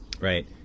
right